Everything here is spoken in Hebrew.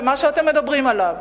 במה שאתם מדברים עליו,